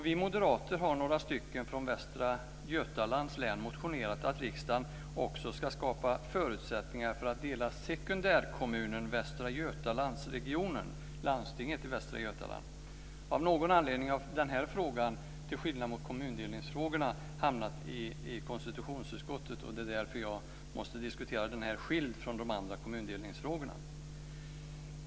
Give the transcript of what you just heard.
Vi är några moderater från Västra Götalands län som har motionerat om att riksdagen också ska skapa förutsättningar för att dela sekundärkommunen Västra Götaland, dvs. landstinget Västra Götaland. Av någon anledning har denna fråga, till skillnad från de andra kommundelningsfrågorna, hamnat i konstitutionsutskottet. Det är därför jag måste diskutera den här frågan skild från kommundelningsfrågorna.